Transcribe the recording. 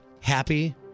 Happy